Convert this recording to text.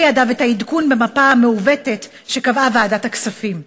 לידיו את העדכון במפה המעוותת שקבעה ועדת הכספים.